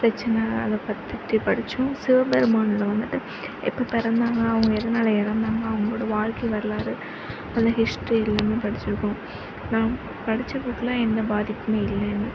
பிரச்சனை அதை பற்றி படிச்சோம் சிவபெருமானில் வந்துவிட்டு எப்போ பிறந்தாங்க அவங்க எதனால் இறந்தாங்க அவங்களோட வாழ்க்கை வரலாறு அதில் ஹிஸ்ட்ரி எல்லாமே படிச்சியிருப்போம் நான் படிச்ச புக்கில் எந்த பாதிப்புமே இல்லை எனக்கு